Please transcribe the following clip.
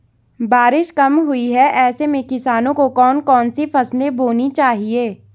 बारिश कम हुई है ऐसे में किसानों को कौन कौन सी फसलें बोनी चाहिए?